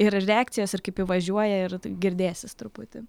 ir reakcijos ir kaip ji važiuoja ir girdėsis truputį